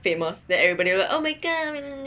famous then everybody will oh my god ~